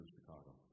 Chicago